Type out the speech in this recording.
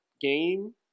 game